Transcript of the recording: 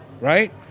right